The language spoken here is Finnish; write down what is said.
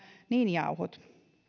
niin jauhot